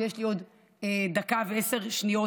יש לי עוד דקה ועשר שניות,